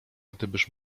gdybyż